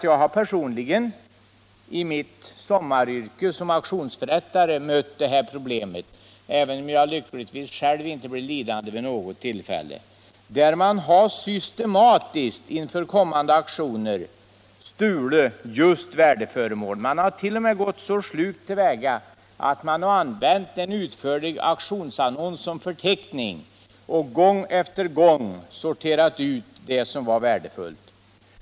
Jag har personligen i mitt sommaryrke som auktionsförrättare mött problemet på nära håll, även om jag lyckligtvis själv inte blivit lidande vid något tillfälle. Man har systematiskt inför kommande auktioner stulit föremål. Man har t.o.m. gått så slugt till väga att man använt en utförlig auktionsannons som förteckning och gång på gång sorterat ut det som varit värdefullt.